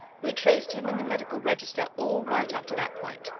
we traced him in the medical register all right up to that point.